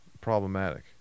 problematic